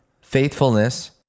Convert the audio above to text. faithfulness